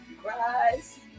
christ